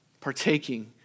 partaking